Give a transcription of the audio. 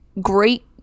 great